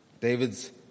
David's